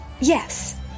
Yes